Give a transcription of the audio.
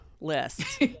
list